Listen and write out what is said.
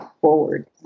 forward